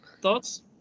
thoughts